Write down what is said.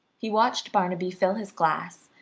he watched barnaby fill his glass,